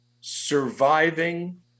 surviving